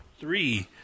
three